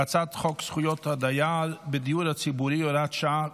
הצעת חוק זכויות הדייר בדיור הציבורי (הוראת שעה,